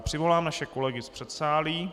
Přivolám naše kolegy z předsálí.